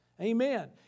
Amen